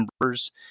members